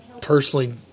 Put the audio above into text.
personally